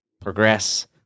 progress